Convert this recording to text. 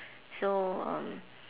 so um